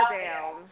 down